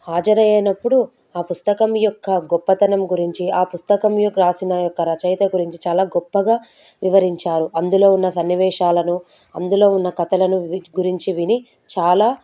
హాజరు అయినప్పుడు ఆ పుస్తకం యెుక్క గొప్పతనం గురించి ఆ పుస్తకం యొక్క రాసిన యొక్క రచయిత గురించి చాలా గొప్పగా వివరించారు అందులో ఉన్న సన్నివేశాలను అందులో ఉన్న కథలను వీటి గురించి విని చాలా